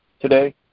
today